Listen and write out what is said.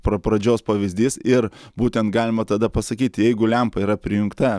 pra pradžios pavyzdys ir būtent galima tada pasakyti jeigu lempa yra prijungta